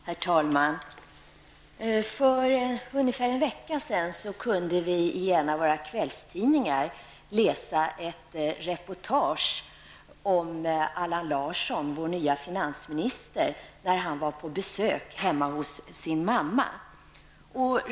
Herr talman! För ungefär en vecka sedan kunde vi i en av våra kvällstidningar läsa ett reportage om Allan Larsson, vår nye finansminister, när han var på besök hemma hos sin gamla mamma.